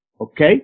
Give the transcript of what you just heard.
Okay